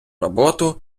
роботу